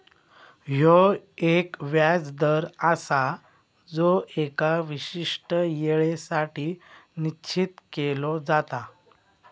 ह्यो एक व्याज दर आसा जो एका विशिष्ट येळेसाठी निश्चित केलो जाता